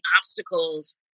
obstacles